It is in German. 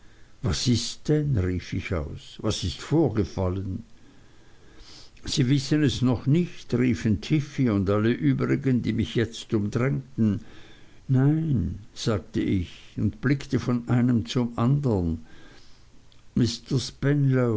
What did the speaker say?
was ist denn rief ich aus was ist vorgefallen sie wissen es noch nicht riefen tiffey und alle übrigen die mich jetzt umdrängten nein sagte ich und blickte von einem zum andern